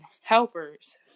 helpers